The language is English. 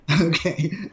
Okay